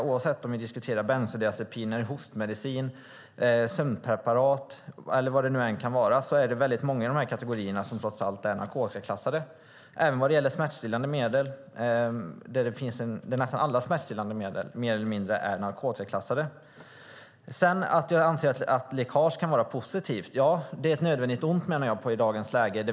Oavsett om vi diskuterar benzodiacipiner, hostmedicin, sömnpreparat eller vad det nu kan vara är det många i dessa kategorier som trots allt är narkotikaklassade. Det gäller även smärtstillande medel, där mer eller mindre alla är narkotikaklassade. Det sägs att jag skulle anse att läckage kan vara positivt. Jag menar att det är ett nödvändigt ont i dagens läge.